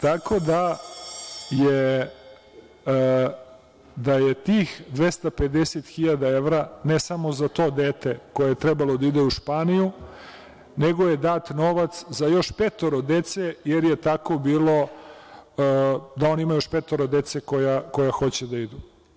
Tako da je tih 250.000 evra, ne samo za to dete koje je trebalo da ide u Španiju, nego je dat novac za još petoro dece, jer je tako bilo da on ima još petoro dece koja hoće da idu.